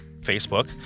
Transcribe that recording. Facebook